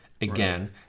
Again